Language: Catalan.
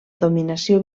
dominació